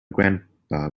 grandpa